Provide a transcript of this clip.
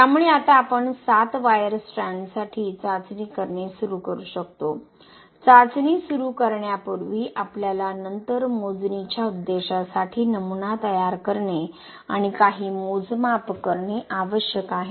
त्यामुळे आता आपण 7वायर स्ट्रँडसाठी चाचणी करणे सुरू करू शकतो चाचणी सुरू करण्यापूर्वी आपल्याला नंतर मोजणीच्या उद्देशासाठी नमुना तयार करणे आणि काही मोजमाप करणे आवश्यक आहे